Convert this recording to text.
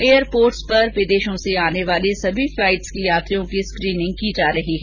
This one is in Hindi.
एयरपोर्ट पर विदेशों से आने वाली सभी फ्लाइट्स के यात्रियों की स्कीनिंग की जा रही है